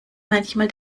manchmal